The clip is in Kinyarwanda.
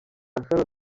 sharon